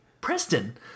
Preston